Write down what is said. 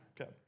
Okay